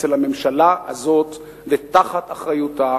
אצל הממשלה הזאת ותחת אחריותה